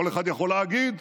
כל אחד יכול להגיד,